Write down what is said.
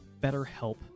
BetterHelp